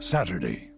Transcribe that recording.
Saturday